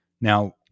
Now